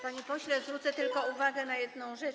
Panie pośle, zwrócę tylko uwagę na jedną rzecz.